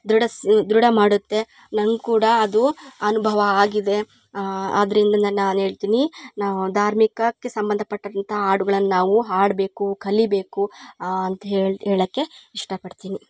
ದೃಢಸ್ ದೃಢ ಮಾಡುತ್ತೆ ನಂಗೆ ಕೂಡ ಅದು ಅನುಭವ ಆಗಿದೆ ಅದ್ರಿಂದ ನಾನು ನಾನೇಳ್ತಿನಿ ನಾವು ಧಾರ್ಮಿಕಕ್ಕೆ ಸಂಬಂಧಪಟ್ಟಂತಹ ಹಾಡುಗಳನ್ ನಾವು ಹಾಡಬೇಕು ಕಲಿಬೇಕು ಅಂತೇಳಿ ಹೇಳೋಕ್ಕೆ ಇಷ್ಟಪಡ್ತಿನಿ